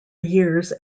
years